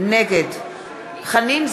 נגד חנין זועבי,